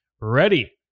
ready